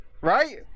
right